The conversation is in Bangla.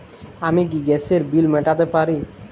আমি কি গ্যাসের বিল মেটাতে পারি?